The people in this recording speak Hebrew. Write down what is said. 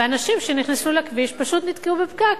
ואנשים שנכנסו לכביש פשוט נתקעו בפקק,